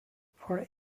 for